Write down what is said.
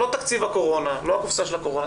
זה לא תקציב הקורונה, לא קופסת הקורונה.